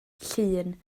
llun